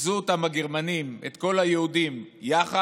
ריכזו אותם הגרמנים, את כל היהודים יחד,